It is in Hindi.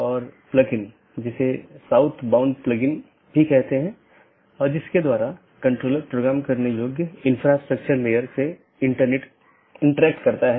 तो यह AS संख्याओं का एक सेट या अनुक्रमिक सेट है जो नेटवर्क के भीतर इस राउटिंग की अनुमति देता है